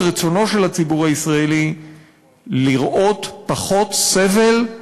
רצונו של הציבור הישראלי לראות פחות סבל,